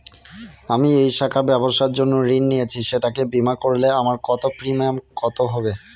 আমি এই শাখায় ব্যবসার জন্য ঋণ নিয়েছি সেটাকে বিমা করলে আমার প্রিমিয়াম কত হবে?